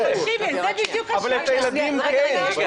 תקשיבי, זו בדיוק השאלה --- אבל את הילדים כן.